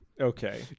Okay